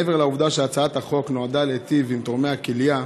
מעבר לעובדה שהצעת החוק נועדה להיטיב עם תורמי הכליה,